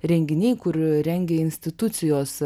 renginiai kur rengia institucijos